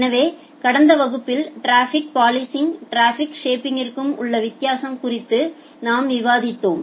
எனவே கடந்த வகுப்பில் டிராஃபிக் பாலிசிங் டிராஃபிக் ஷேப்பிங்க்கும் உள்ள வித்தியாசம் குறித்து நாம் விவாதித்தோம்